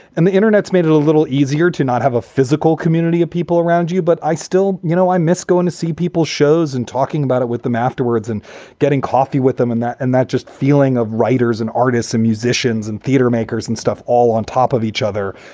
and the internet's made it a little easier to not have a physical community of people around you. but i still you know, i miss going to see people's shows and talking about it with them afterwards and getting coffee with them and that and that just feeling of writers and artists and musicians and theatre makers and stuff all on top of each other.